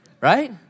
right